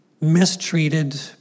Mistreated